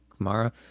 Kamara